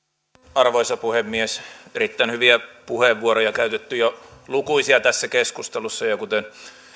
arvoisa puhemies erittäin hyviä puheenvuoroja on käytetty jo lukuisia tässä keskustelussa ja kuten